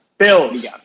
Bills